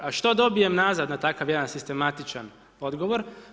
A što dobijem nazad na takav jedan sistematičan odgovor?